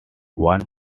one